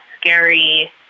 scary